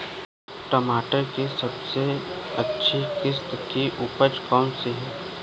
टमाटर की सबसे अच्छी किश्त की उपज कौन सी है?